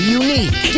unique